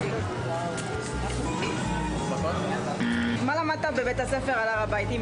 אז אני מניחה שכשבית ספר רוצה לקבוע ביקור בהר הבית,